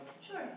Sure